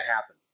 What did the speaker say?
happen